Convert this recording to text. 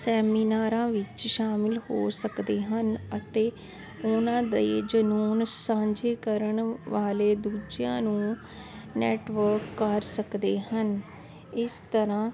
ਸੈਮੀਨਾਰਾਂ ਵਿੱਚ ਸ਼ਾਮਲ ਹੋ ਸਕਦੇ ਹਨ ਅਤੇ ਉਹਨਾਂ ਦੇ ਜਨੂਨ ਸਾਂਝੇ ਕਰਨ ਵਾਲੇ ਦੂਜਿਆਂ ਨੂੰ ਨੈਟਵਰਕ ਕਰ ਸਕਦੇ ਹਨ ਇਸ ਤਰ੍ਹਾਂ